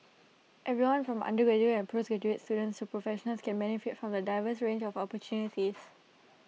everyone from undergraduate and postgraduate students to professionals can benefit from the diverse range of opportunities